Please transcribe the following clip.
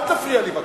אל תפריע לי בבקשה.